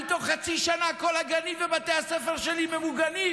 בתוך חצי שנה כל הגנים ובתי הספר שלי ממוגנים.